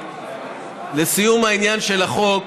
לסיום העניין של החוק,